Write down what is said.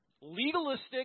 Legalistic